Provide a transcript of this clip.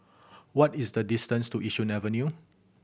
what is the distance to Yishun Avenue